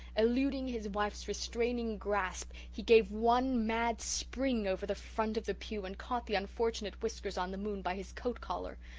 eluding his wife's restraining grasp, he gave one mad spring over the front of the pew and caught the unfortunate whiskers-on-the-moon by his coat collar.